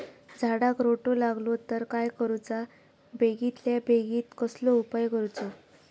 झाडाक रोटो लागलो तर काय करुचा बेगितल्या बेगीन कसलो उपाय करूचो?